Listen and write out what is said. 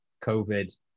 COVID